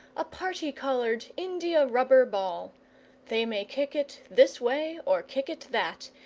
a party-coloured india-rubber ball they may kick it this way or kick it that,